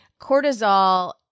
cortisol